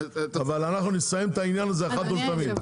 אבל אנחנו נסיים את העניין הזה אחת ולתמיד.